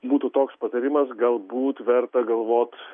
būtų toks patarimas galbūt verta galvot